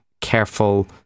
careful